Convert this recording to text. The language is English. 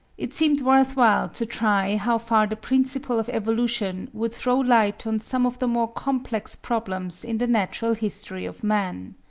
it seemed worth while to try how far the principle of evolution would throw light on some of the more complex problems in the natural history of man.